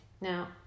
now